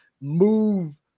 move